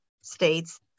states